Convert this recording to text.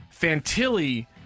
Fantilli